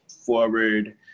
forward